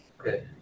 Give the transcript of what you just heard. okay